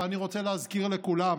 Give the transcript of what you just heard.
ואני רוצה להזכיר לכולם